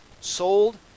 Sold